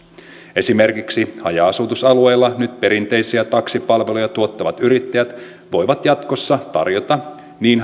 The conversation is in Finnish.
esimerkiksi haja asutusalueilla nyt perinteisiä taksipalveluja tuottavat yrittäjät voivat jatkossa tarjota niin